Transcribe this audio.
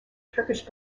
turkish